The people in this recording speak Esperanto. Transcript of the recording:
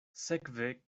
sekve